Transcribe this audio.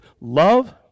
love